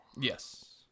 yes